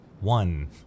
one